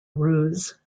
ruse